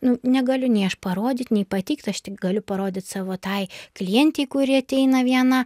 nu negaliu nei aš parodyt nei pateikt aš tik galiu parodyt savo tai klientei kuri ateina viena